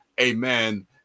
Amen